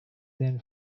then